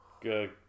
Good